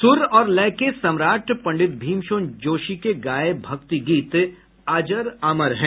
सुर और लय के सम्राट पंडित भीमसेन जोशी के गाये भक्ति गीत अजर अमर हैं